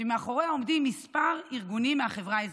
שמאחוריה עומדים כמה ארגונים מהחברה האזרחית.